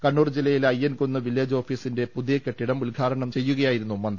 കണ്ണൂർ ജില്ലയിലെ അയ്യൻകുന്ന് വില്ലേജ് ഓഫീസിന്റെ പുതിയ കെട്ടിടം ഉദ്ഘാടനം ചെയ്യുകയായിരുന്നു മന്തി